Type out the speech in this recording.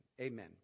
Amen